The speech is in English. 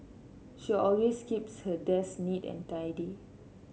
she always keeps her desk neat and tidy